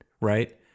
right